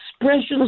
expressions